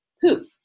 poof